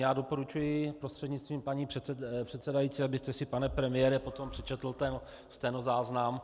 Já doporučuji prostřednictvím paní předsedající, abyste si, pane premiére, potom přečetl ten stenozáznam.